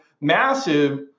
massive